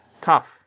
Tough